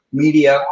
media